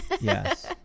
Yes